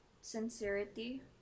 sincerity